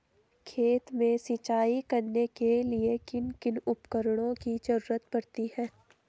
खेत में सिंचाई करने के लिए किन किन उपकरणों की जरूरत पड़ती है?